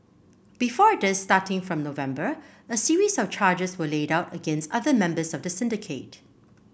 before this starting from November a series of charges were laid out against other members of the syndicate